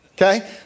Okay